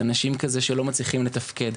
אנשים שלא מצליחים לתפקד.